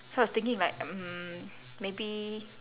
so I was thinking like mm maybe